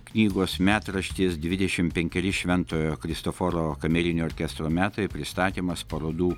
knygos metraštis dvidešimt penkeri šventojo kristoforo kamerinio orkestro metai pristatymas parodų